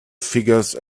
figures